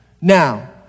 Now